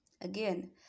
Again